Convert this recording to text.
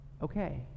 okay